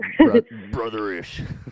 Brotherish